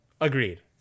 Agreed